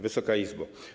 Wysoka Izbo!